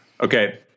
Okay